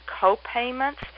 co-payments